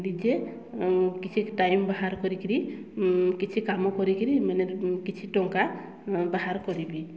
ନିଜେ କିଛି ଟାଇମ୍ ବାହାର କରିକି କିଛି କାମ କରିକି ମାନେ କିଛି ଟଙ୍କା ବାହାର କରିବି